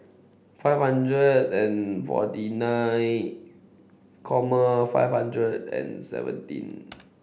five hundred and forty nine five hundred and seventeen